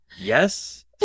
yes